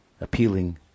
appealing